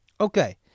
Okay